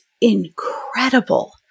incredible